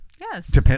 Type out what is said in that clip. Yes